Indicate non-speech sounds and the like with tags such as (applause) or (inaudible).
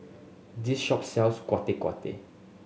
this shop sells (unintelligible)